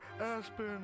Aspen